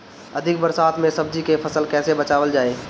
अधिक बरसात में सब्जी के फसल कैसे बचावल जाय?